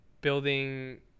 building